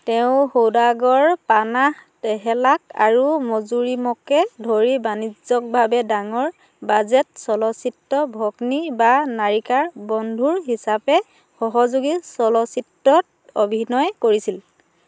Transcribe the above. তেওঁ সৌদাগৰ পানাহ তেহেলাক আৰু মুজৰিমকে ধৰি বাণিজ্যিকভাৱে ডাঙৰ বাজেট চলচ্চিত্ৰ ভগ্নী বা নায়িকাৰ বন্ধুৰ হিচাপে সহযোগী চলচিত্ৰত অভিনয় কৰিছিল